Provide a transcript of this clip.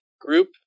group